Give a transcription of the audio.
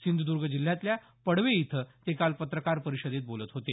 सिंधुदुर्ग जिल्ह्यातल्या पडवे इथं ते काल पत्रकार परिषदेत बोलत होते